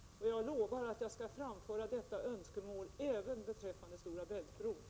Jag lovar att jag då skall framföra detta önskemål även beträffande Stora Bält-bron.